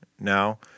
Now